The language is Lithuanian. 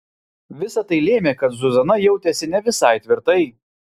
visa tai lėmė kad zuzana jautėsi ne visai tvirtai